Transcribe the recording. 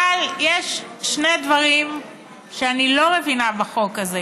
אבל יש שני דברים שאני לא מבינה בחוק הזה.